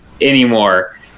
anymore